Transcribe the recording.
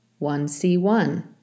1C1